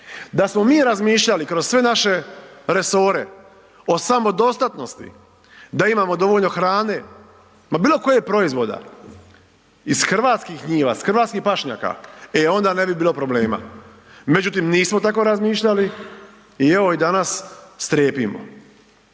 Da smo mi razmišljali kroz sve naše resore o samodostatnosti, da imamo dovoljno hrane, ma bilo kojeg proizvoda iz hrvatskih njiva, s hrvatskih pašnjaka e onda ne bi bilo problema. Međutim, nismo tako razmišljali i evo i danas strepimo.